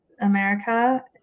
America